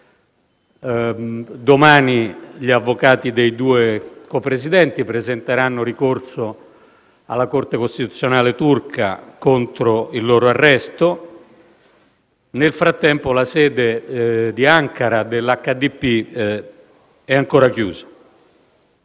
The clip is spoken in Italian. Domani gli avvocati dei due copresidenti presenteranno ricorso alla Corte costituzionale turca contro il loro arresto; nel frattempo la sede di Ankara dell'HDP è ancora chiusa.